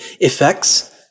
effects